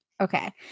Okay